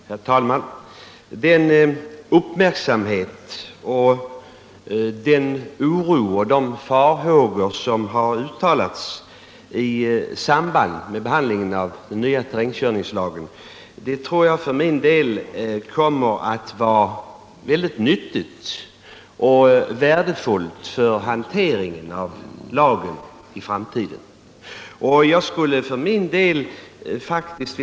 Herr talman! Den uppmärksamhet som riktats på förslaget till ny terrängkörningslag och den oro och de farhågor som uttalats i samband med behandlingen av förslaget tror jag kommer att vara till nytta och värde för hanteringen av lagen i framtiden.